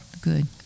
good